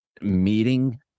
Meeting